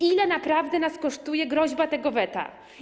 Ile naprawdę nas kosztuje groźba tego weta?